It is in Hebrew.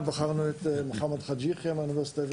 בחרנו את מוחמד חאג' יחיה מהאוניברסיטה העברית.